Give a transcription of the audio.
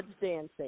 Dancing